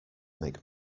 make